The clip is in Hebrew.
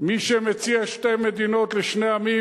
מי שמציע שתי מדינות לשני עמים,